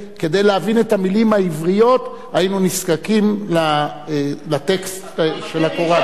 כדי להבין את המלים העבריות היינו נזקקים לטקסט של הקוראן,